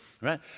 right